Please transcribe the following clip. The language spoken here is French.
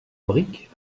brique